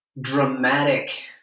dramatic